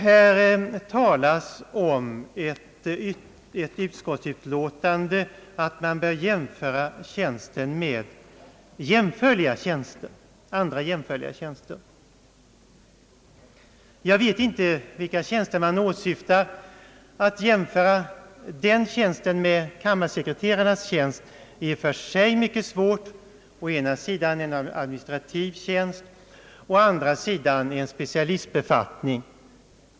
Här talas i utskottsutlåtandet om att man bör jämföra med »andra jämförliga tjänster». Jag vet inte vilka tjänster man åsyftar. Att jämföra denna tjänst med kammarsekreterarnas tjänst är i och för sig mycket svårt. Det är å ena sidan en administrativ tjänst, å andra sidan en specialistbefattning.